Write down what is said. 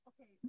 Okay